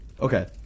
Okay